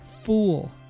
Fool